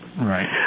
Right